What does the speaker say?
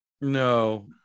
No